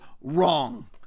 wrong